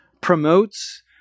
promotes